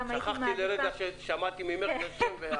גם הייתי מעדיפה --- שכחתי לרגע ששמעתי ממך את השם.